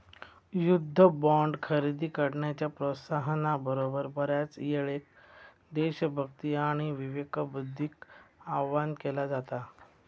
युद्ध बॉण्ड खरेदी करण्याच्या प्रोत्साहना बरोबर, बऱ्याचयेळेक देशभक्ती आणि विवेकबुद्धीक आवाहन केला जाता